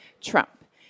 Trump